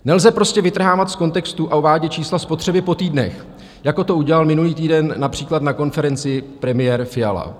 Nelze prostě vytrhávat z kontextu a uvádět čísla spotřeby po týdnech, jako to udělal minulý týden například na konferenci premiér Fiala.